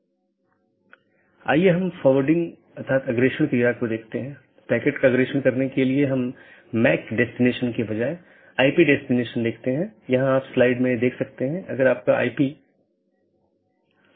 तो इसका मतलब है एक बार अधिसूचना भेजे जाने बाद डिवाइस के उस विशेष BGP सहकर्मी के लिए विशेष कनेक्शन बंद हो जाता है और संसाधन जो उसे आवंटित किये गए थे छोड़ दिए जाते हैं